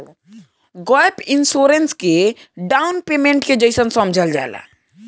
gap insurance के down payment के जइसन समझल जाला